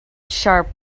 sharp